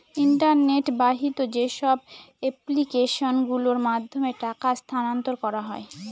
internet বাহিত যেসব application গুলোর মাধ্যমে টাকা স্থানান্তর করা হয়